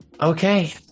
Okay